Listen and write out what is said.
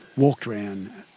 walked around,